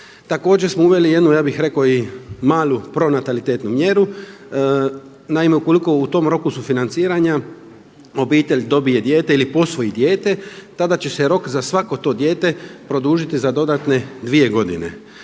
Također smo uveli jednu ja bih rekao i malu pronatalitetnu mjeru, naime ukoliko u tom roku sufinanciranja obitelj dobije dijete ili posvoji dijete tada će se rok za svako to dijete produžiti za dodatne dvije godine.